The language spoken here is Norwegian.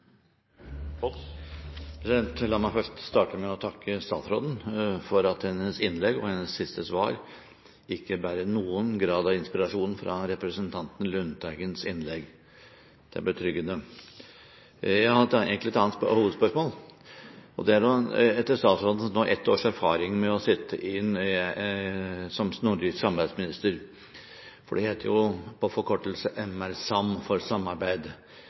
La meg først starte med å takke statsråden for at hennes innlegg og hennes siste svar ikke bærer noen grad av inspirasjon fra representanten Lundteigens innlegg. Det er betryggende. Jeg hadde egentlig et annet hovedspørsmål. Etter statsrådens nå ett år lange erfaring med å sitte som nordisk samarbeidsminister – det heter jo forkortet MR-SAM, for samarbeid: